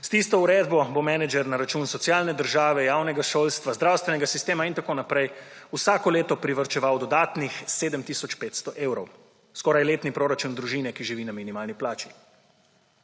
S tisto uredbo bo menedžer na račun socialne države, javnega šolstva, zdravstvenega sistema, itn., vsako leto privarčeval dodatnih 7 tisoč 500 evrov. skoraj letni proračun družine, ki živi na minimalni plači.